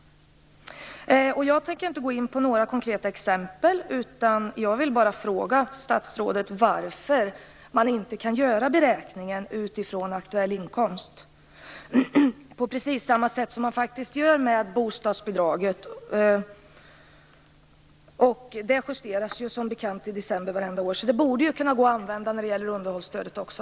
Jag tänker inte gå in på några konkreta exempel, utan jag vill bara fråga statsrådet varför man inte kan göra beräkningen utifrån aktuell inkomst på precis samma sätt som i fråga om bostadsbidraget. Det justeras som bekant i december varje år, och det borde gå att använda det för underhållsstödet också.